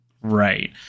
Right